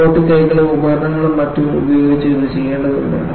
robotic കൈകളും ഉപകരണങ്ങളും മറ്റും ഉപയോഗിച്ച് ഇത് ചെയ്യേണ്ടതുണ്ട്